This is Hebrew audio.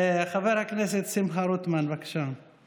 חבר הכנסת שמחה רוטמן, בבקשה.